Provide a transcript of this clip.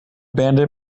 bandit